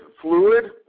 fluid